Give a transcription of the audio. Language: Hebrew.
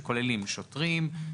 שכוללים שוטרים,